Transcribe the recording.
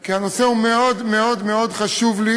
כי הנושא מאוד חשוב לי,